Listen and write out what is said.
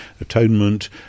atonement